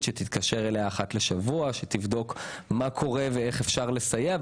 שתתקשר אליה אחת לשבוע ותבדוק מה קורה ואיך אפשר לסייע,